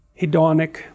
hedonic